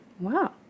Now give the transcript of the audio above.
wow